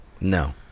No